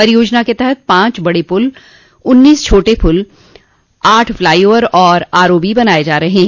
परियोजना के तहत पांच बड़े पुल उन्नीस छोटे पुल आठ फ्लाईओवर और आर ओबी बनाये जा रहे हैं